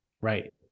Right